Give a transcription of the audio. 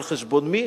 על חשבון מי?